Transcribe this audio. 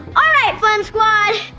ah fun squad,